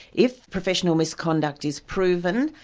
if professional misconduct is proven,